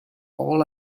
all